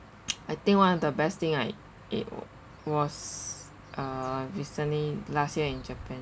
I think one of the best thing I ate w~ was uh recently last year in japan